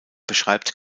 beschreibt